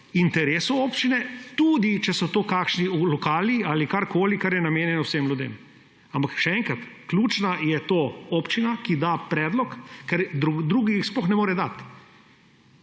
interesu občine, tudi če so to kakšni lokali ali karkoli, kar je namenjeno vsem ljudem. Ampak še enkrat, ključna je tu občina, ki da predlog, ker kdo drug ga sploh ne more dati.